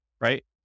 right